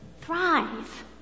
Thrive